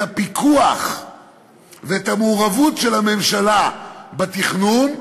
הפיקוח ואת המעורבות של הממשלה בתכנון.